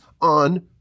on